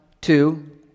two